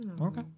Okay